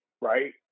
right